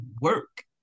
work